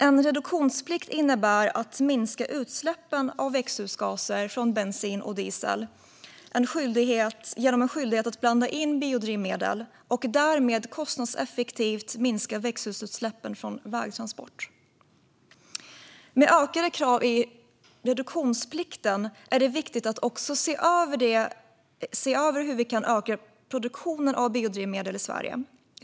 En reduktionsplikt innebär att minska utsläppen av växthusgaser från bensin och diesel genom en skyldighet att blanda in biodrivmedel och därmed kostnadseffektivt minska växthusgasutsläppen från vägtransporter. Med ökade krav i reduktionsplikten är det viktigt att också se över hur vi kan öka produktionen av biodrivmedel i Sverige.